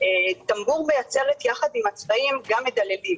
-- טמבור מייצרת יחד עם הצבעים גם מדללים.